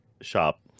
shop